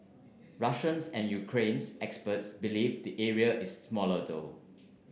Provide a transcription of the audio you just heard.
Russians and Ukrainians experts believe the area is smaller though